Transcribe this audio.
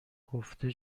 گفته